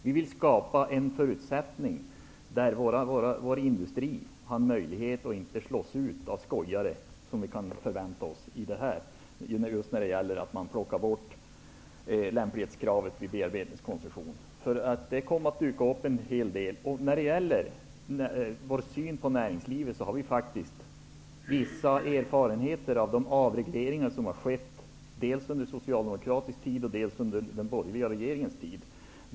Vi vill skapa sådana förutsättningar för vår industri att den inte slås ut av skojare, som vi kan förvänta oss att det dyker upp när man plockar bort lämplighetskravet i samband med bearbetningskoncession. Vad beträffar vår syn på näringslivet vill jag också säga att vi ju har vissa erfarenheter av de avregleringar som har skett, dels under socialdemokratisk regeringstid, dels under den borgerliga regeringens tid.